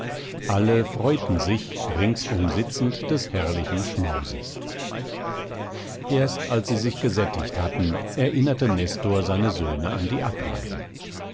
alle freuten sich ringsum sitzend des herrlichen schmauses erst als sie sich gesättigt hatten erinnerte nestor seine söhne an die abreise